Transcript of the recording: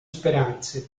speranze